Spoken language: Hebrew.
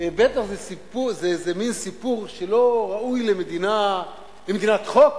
בטח זה מין סיפור שלא ראוי למדינת חוק,